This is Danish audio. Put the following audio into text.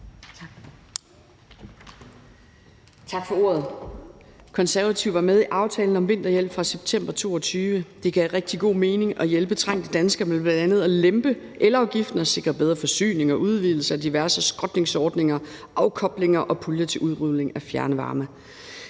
Tak for ordet.